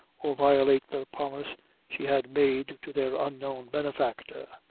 or violate the promise she had made to their unknown benefactor.